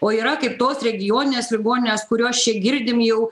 o yra kaip tos regioninės ligoninės kurios čia girdim jau